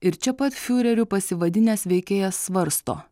ir čia pat fiureriu pasivadinęs veikėjas svarsto